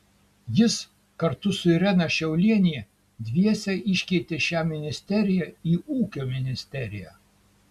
jis kartu su irena šiaulienė dviese iškeitė šią ministeriją į ūkio ministeriją